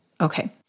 Okay